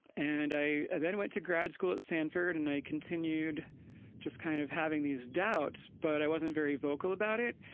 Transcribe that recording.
and i then went to grad school at stanford and i continued just kind of having these doubts, but i wasn't very vocal about it.